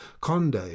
Conde